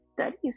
studies